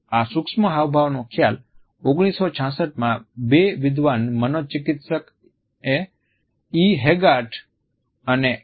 આ સૂક્ષ્મ હાવભાવનો ખ્યાલ 1966માં બે વિદ્વાન મનોચિકિત્સક ઈએ હેગાર્ટ અને કે